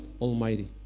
Almighty